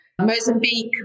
Mozambique